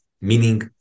Meaning